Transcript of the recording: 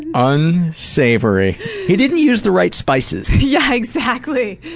unsavory. he didn't use the right spices. yeah, exactly.